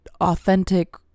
authentic